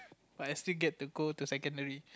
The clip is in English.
but I still get to go to secondary